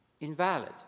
invalid